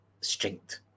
strength